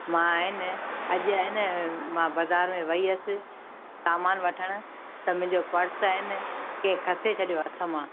मां आहे न अॼु आहे न मां बाज़ारि में वई हुअसि सामान वठण त मुंहिंजो पर्स आहे न के खसे छॾियो हथ मां